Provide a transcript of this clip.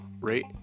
rate